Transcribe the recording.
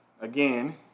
again